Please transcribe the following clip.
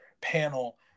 panel